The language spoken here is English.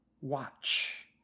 watch